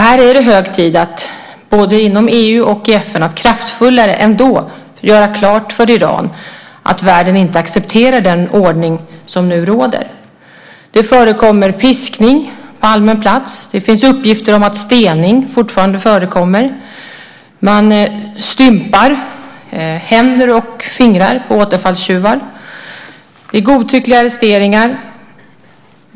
Här är det hög tid att både inom EU och i FN kraftfullare än i dag göra klart för Iran att världen inte accepterar den ordning som nu råder. Det förekommer piskning på allmän plats. Det finns uppgifter om att stening fortfarande förekommer. Man stympar händer och fingrar på återfallstjuvar. Det är godtyckliga arresteringar.